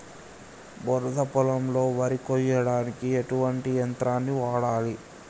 బురద పొలంలో వరి కొయ్యడానికి ఎటువంటి యంత్రాన్ని వాడాలి?